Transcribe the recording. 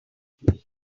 they